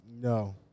No